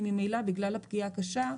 כי ממילא בגלל הפגיעה הקשה,